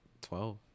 twelve